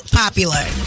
popular